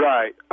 Right